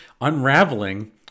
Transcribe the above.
unraveling